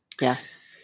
Yes